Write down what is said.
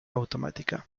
automática